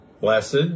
Blessed